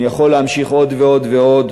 אני יכול להמשיך עוד ועוד ועוד